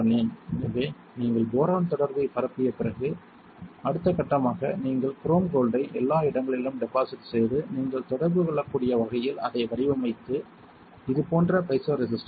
எனவே நீங்கள் போரான் தொடர்பைப் பரப்பிய பிறகு அடுத்த கட்டமாக நீங்கள் குரோம் கோல்ட்டை எல்லா இடங்களிலும் டெபாசிட் செய்து நீங்கள் தொடர்பு கொள்ளக்கூடிய வகையில் அதை வடிவமைத்து இது போன்ற பைசோ ரெசிஸ்டர் இருக்கும்